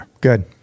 Good